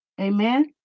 Amen